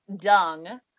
dung